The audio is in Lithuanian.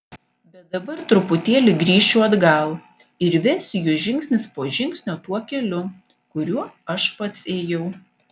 bet dabar truputėlį grįšiu atgal ir vesiu jus žingsnis po žingsnio tuo keliu kuriuo aš pats ėjau